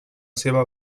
seva